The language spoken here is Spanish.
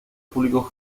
público